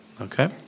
Okay